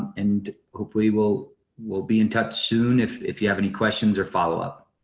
and hopefully we'll we'll be in touch soon if if you have any questions or follow-up.